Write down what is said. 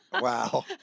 Wow